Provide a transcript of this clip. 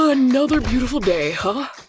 ah another beautiful day, huh?